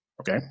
Okay